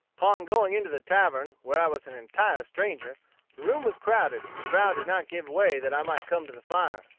upon going into the tavern, where i was an entire stranger, the room was crowded, and the crowd did not give way that i might come to the fire.